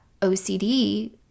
OCD